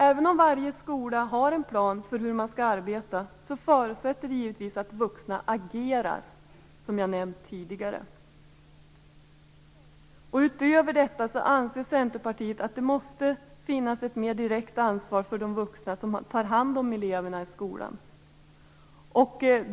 Även om varje skola har en plan för hur man skall arbeta förutsätter det givetvis att vuxna agerar, som jag nämnt tidigare. Utöver detta anser Centerpartiet att det måste finnas ett mer direkt ansvar för de vuxna som tar hand om eleverna i skolan.